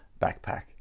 backpack